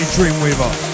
Dreamweaver